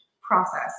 process